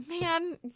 man